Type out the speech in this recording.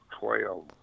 twelve